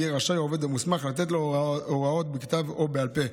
יהיה רשאי העובד המוסמך לתת לו הוראות בכתב או בעל פה,